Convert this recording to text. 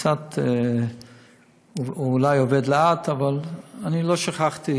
קצת אולי עובד לאט, אבל אני לא שכחתי